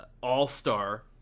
all-star